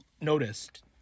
noticed